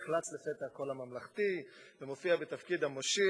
נחלץ לפתע הקול הממלכתי ומופיע בתפקיד המושיע